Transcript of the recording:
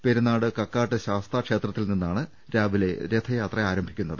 പെരിനാട് കക്കാട്ട് ശാസ്താ ക്ഷേത്രത്തിൽ നിന്നാണ് രാവിലെ രഥയാത്ര ആരംഭിക്കുന്നത്